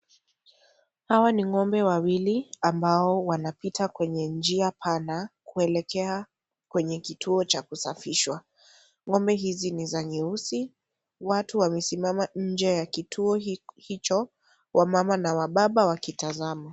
Hawa ni ng'ombe wawili ambao wanapita kwenye njia pana, kuelekea kwenye kituo cha kusafishwa. Ng'ombe hizi ni za nyeusi. Watu wamesimama nje ya kituo hicho, wamama na wababa wakitazama.